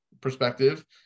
perspective